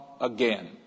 again